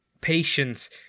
patience